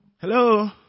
Hello